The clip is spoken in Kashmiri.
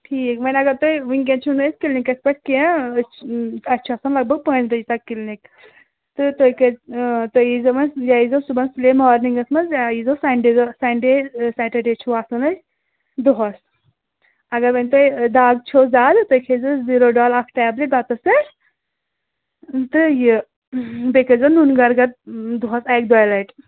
ٹھیٖک وۅنۍ اَگر تۅہہِ وُنکیٚن چھُنہٕ أسۍ کِلنِکس پیٚٹھ کیٚنٛہہ أسۍ چھِ اَسہِ چھُ آسان لگ بگ پانژِ بَجہِ تانۍ کِلِنٛک تہٕ تۅہہِ تۅہہِ ییٖزو حظ یا ییٖزیٚو صُبَحس سُلے مارنِنٛگس منٛز یا ییٖزیٚو سَنٛڈے دۄہ سَنٛڈے سیٚٹرڈے چھُو آسَن اَسہِ دۄہَس اَگر وۅنۍ تۅہہِ دَگ چھُو زِیاد تُہۍ کھیٚے زیٚو زِیٖرو ڈال اَکھ ٹیبلِٹ بَتَس پیٚٹھ تہٕ یہِ بیٚیہِ کٔرۍزِیٚو نُنہٕ گَرٕ گَرٕ دۄہَس اَکہِ دۅیہِ لٹہِ